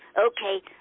Okay